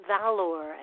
valor